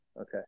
Okay